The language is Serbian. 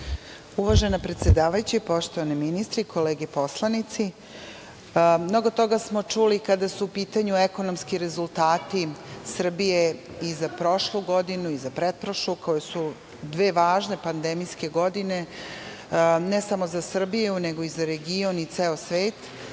Uvažena predsedavajuća, poštovani ministre, kolege poslanici, mnogo toga smo čuli kada su u pitanju ekonomski rezultati Srbije i za prošlu godinu i za pretprošlu, koje su dve važne pandemijske godine, ne samo za Srbiju nego i za region i ceo svet. Ono